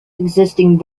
existing